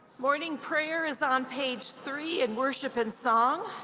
morning prayer is on page three in worship and song.